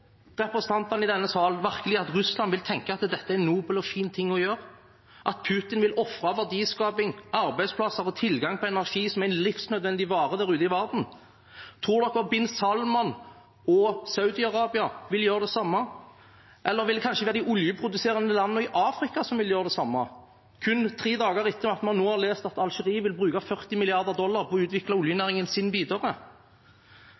representantene i denne salen virkelig at Russland vil tenke at dette er en nobel og fin ting å gjøre, at Putin vil ofre verdiskaping, arbeidsplasser og tilgang på energi, som er en livsnødvendig vare der ute i verden? Tror dere bin Salman og Saudi-Arabia vil gjøre det samme? Eller vil det kanskje være de oljeproduserende landene i Afrika som vil gjøre det samme, kun tre dager etter at man nå har lest at Algerie vil bruke 40 milliarder dollar på å utvikle